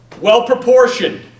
well-proportioned